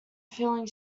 feeling